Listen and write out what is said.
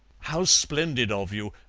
how splendid of you!